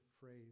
phrase